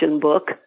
book